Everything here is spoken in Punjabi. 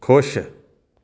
ਖੁਸ਼